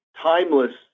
timeless